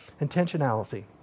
Intentionality